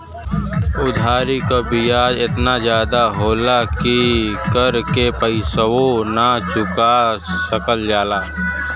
उधारी क बियाज एतना जादा होला कि कर के पइसवो ना चुका सकल जाला